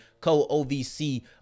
co-OVC